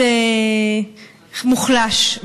מוחלש.